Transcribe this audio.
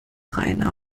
rainer